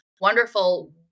wonderful